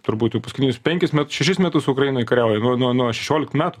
turbūt jau paskutinius penkis šešis metus ukrainoj kariauja nuo nuo nuo šešioliktų metų